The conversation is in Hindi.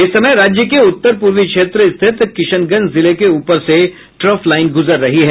इस समय राज्य के उत्तर पूर्वी क्षेत्र स्थित किशनगंज जिले के ऊपर से ट्रफलाइन गुजर रही है